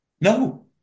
no